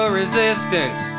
resistance